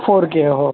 four के हो